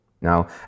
Now